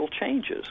changes